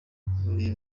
buri